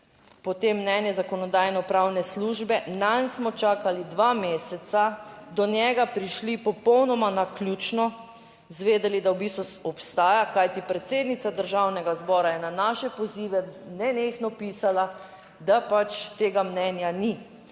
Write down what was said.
potem mnenje zakonodajnopravne službe. Nanj smo čakali dva meseca, do njega prišli popolnoma naključno, izvedeli, da v bistvu obstaja. Kajti, predsednica Državnega zbora je na naše pozive nenehno pisala, da pač tega mnenja ni